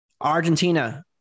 Argentina